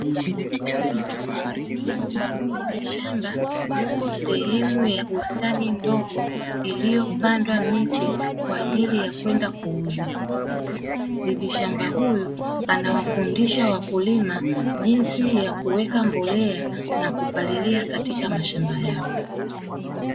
Bibi shamba yupo sehemu ya bustani ndogo iliyopandwa miche kwa ajili ya kwenda kuuza, bibi shamba huyu anawafundisha wakulima jinsi ya kuweka mbolea na kupalilia katika mashamba yao.